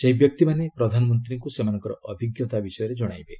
ସେହି ବ୍ୟକ୍ତିମାନେ ପ୍ରଧାନମନ୍ତ୍ରୀଙ୍କୁ ସେମାନଙ୍କର ଅଭିଜ୍ଞତା ବିଷୟରେ ଜଣାଇବେ